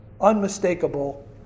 unmistakable